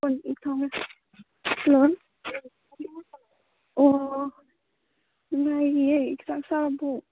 hello ꯑꯣ ꯅꯨꯡꯉꯥꯏꯔꯤꯌꯦ ꯆꯥꯛ ꯆꯥꯔꯕꯣ